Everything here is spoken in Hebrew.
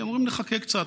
כי הם אומרים: נחכה קצת,